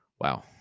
wow